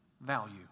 value